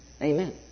Amen